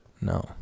No